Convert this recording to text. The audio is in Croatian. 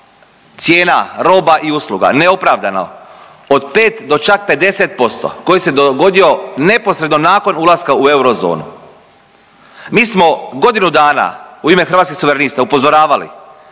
cijena roba i usluga neopravdano od 5 do čak 50% koji se dogodio neposredno nakon ulaska u eurozonu. Mi smo godinu dana u ime Hrvatskih suverenista upozoravali